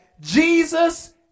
Jesus